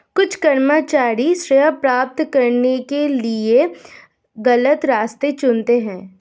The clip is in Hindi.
कुछ कर्मचारी श्रेय प्राप्त करने के लिए गलत रास्ते चुनते हैं